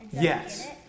Yes